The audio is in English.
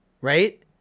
Right